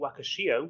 Wakashio